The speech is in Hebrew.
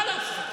חלאס.